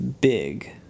big